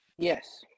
Yes